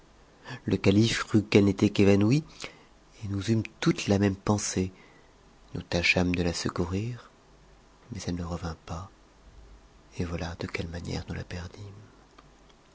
le calife crut qu'elle n'était qu'évanouie et nous eûmes toutes la même pensée nous tâchâmes de la secourir mais elle ne revint pas et voilà de quelle manière nous la perdîmes